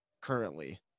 currently